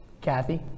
Kathy